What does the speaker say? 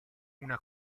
una